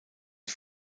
die